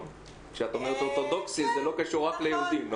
כשאת אומרת אורתודוקסית זה לא קשור רק ליהודים.